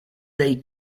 dai